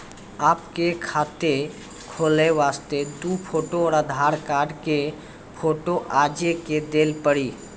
आपके खाते खोले वास्ते दु फोटो और आधार कार्ड के फोटो आजे के देल पड़ी?